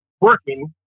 working